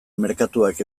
merkatuak